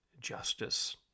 justice